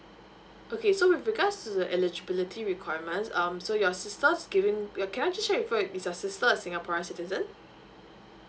okay so with regards to the eligibility requirements um so your sisters giving your can I check with you is a sister a singaporean citizen